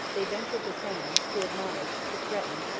they ventured to summon, to admonish, to threaten,